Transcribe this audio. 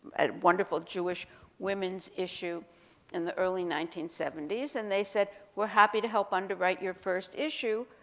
and wonderful jewish women's issue in the early nineteen seventy s, and they said we're happy to help underwrite your first issue,